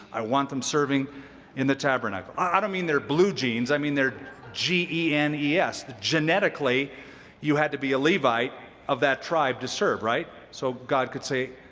i want them serving in the tabernacle. i don't mean their blue jeans, i mean their g e n e s that genetically you had to be a levite of that tribe to serve, right? so god could say,